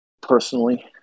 Personally